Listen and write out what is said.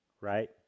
right